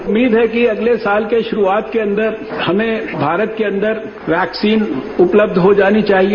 उम्मीद है कि अगले के शुरूआत के अंदर हमें भारत के अंदर वैक्सीन उपलब्ध हो जानी चाहिए